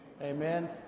Amen